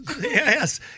Yes